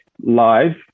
live